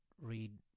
read